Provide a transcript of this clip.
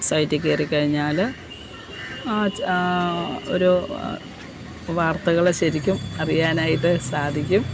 സൈറ്റിൽ കയറി കഴിഞ്ഞാൽ ആ ഒരു വാർത്തകൾ ശരിക്കും അറിയാനായിട്ട് സാധിക്കും